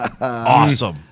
Awesome